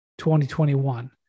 2021